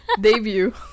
Debut